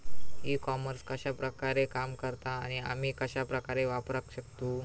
E commerce कश्या प्रकारे काम करता आणि आमी कश्या प्रकारे वापराक शकतू?